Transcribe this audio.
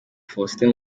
faustin